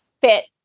fit